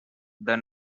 the